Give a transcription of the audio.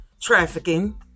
trafficking